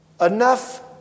enough